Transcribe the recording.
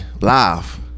live